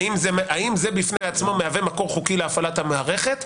האם זה בפני עצמו מהווה מקור חוקי להפעלת המערכת?